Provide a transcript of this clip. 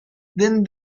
din